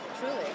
truly